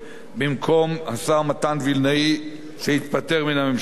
במקום השר מתן וילנאי, שהתפטר מן הממשלה.